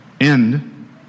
end